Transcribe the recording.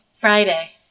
Friday